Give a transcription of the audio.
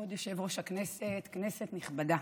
כבוד יושב-ראש הכנסת, כנסת נכבדה,